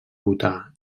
votar